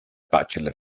bachelor